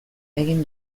egin